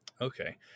Okay